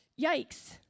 yikes